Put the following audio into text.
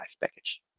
package